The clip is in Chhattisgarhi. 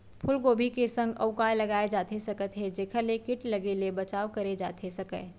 फूलगोभी के संग अऊ का लगाए जाथे सकत हे जेखर ले किट लगे ले बचाव करे जाथे सकय?